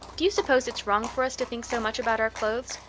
do you suppose it's wrong for us to think so much about our clothes?